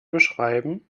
beschreiben